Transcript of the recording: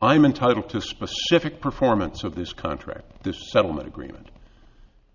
i'm entitled to specific performance of this contract this settlement agreement